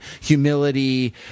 Humility